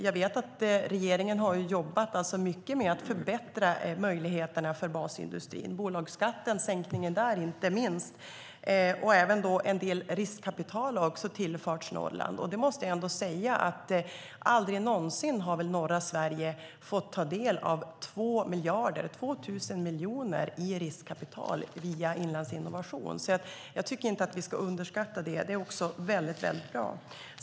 Jag vet att regeringen har jobbat mycket med att förbättra möjligheterna för basindustrin. Det gäller inte minst sänkningen av bolagsskatten. Även en del riskkapital har också tillförts Norrland. Aldrig någonsin har väl norra Sverige fått ta del av 2 miljarder - 2 000 miljoner - i riskkapital via Inlandsinnovation! Jag tycker inte att vi ska underskatta den summan, som är bra.